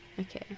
Okay